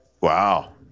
Wow